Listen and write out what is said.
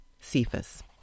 Cephas